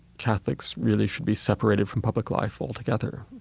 catholics really should be separated from public life altogether